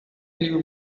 you